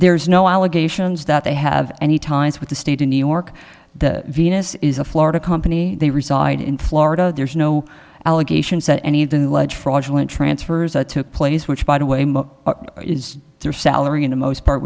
there's no allegations that they have any ties with the state in new york the venus is a florida company they reside in florida there's no allegations that any of the alleged fraudulent transfers i took place which by the way is their salary in the most part